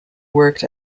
worked